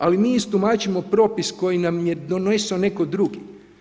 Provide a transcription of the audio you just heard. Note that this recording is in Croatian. Ali mi istumačimo propis koji nam je donesao netko drugi.